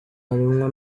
harimwo